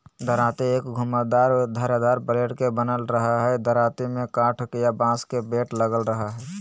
दरांती एक घुमावदार धारदार ब्लेड के बनल रहई हई दरांती में काठ या बांस के बेट लगल रह हई